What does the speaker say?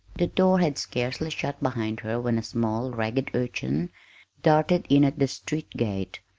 the door had scarcely shut behind her when a small, ragged urchin darted in at the street gate,